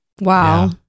Wow